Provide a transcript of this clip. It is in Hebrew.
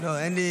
לא, אין לי